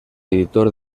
editor